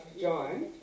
John